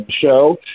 show